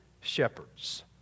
shepherds